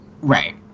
Right